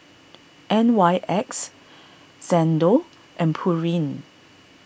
N Y X Xndo and Pureen